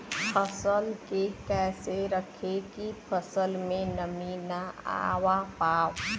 फसल के कैसे रखे की फसल में नमी ना आवा पाव?